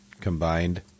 combined